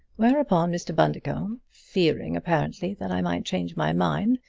whereupon mr. bundercombe, fearing apparently that i might change my mind,